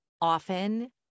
often